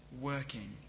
working